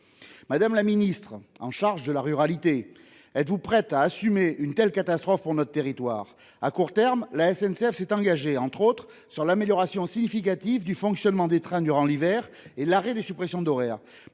notamment en charge de la ruralité : êtes-vous prête à assumer une telle catastrophe pour notre territoire ? À court terme, la SNCF s'est engagée, entre autres, sur l'amélioration significative du fonctionnement des trains durant l'hiver et sur l'arrêt des suppressions d'horaires.